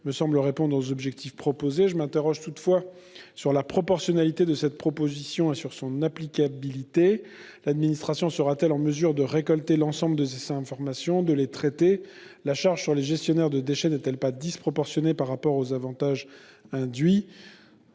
me semble répondre à ces objectifs. Je m'interroge toutefois sur la proportionnalité de cette proposition et sur son applicabilité. L'administration sera-t-elle en mesure de récolter l'ensemble de ces informations et de les traiter ? La charge sur les gestionnaires de déchets n'est-elle pas disproportionnée par rapport aux avantages induits ?